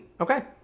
Okay